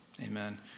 amen